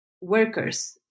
workers